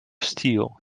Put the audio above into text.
steel